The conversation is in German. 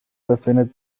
befindet